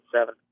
seven